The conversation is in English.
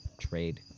trade